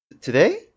today